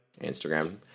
Instagram